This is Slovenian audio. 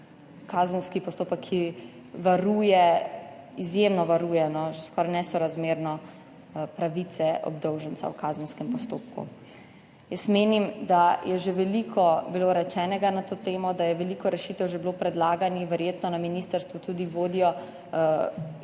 kazenski postopek, ki varuje, izjemno varuje, že skoraj nesorazmerno, pravice obdolženca v kazenskem postopku. Menim, da je bilo že veliko rečenega na to temo, da je veliko rešitev že bilo predlaganih, verjetno na ministrstvu tudi vodijo že dlje